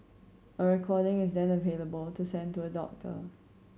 a recording is then available to send to a doctor